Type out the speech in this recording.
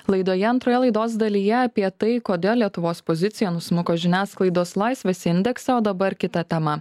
laidoje antroje laidos dalyje apie tai kodėl lietuvos pozicija nusmuko žiniasklaidos laisvės indekse o dabar kita tema